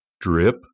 drip